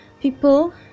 People